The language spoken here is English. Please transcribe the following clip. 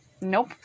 Nope